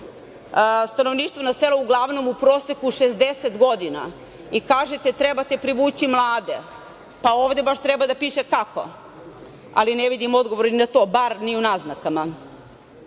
stanovništvo na selu uglavnom u proseku od 60 godina i kažete treba privući mlade, pa ovde treba da piše kako, ali ne vidim odgovore na to, ni u naznakama. Pravosuđe,